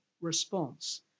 response